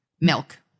milk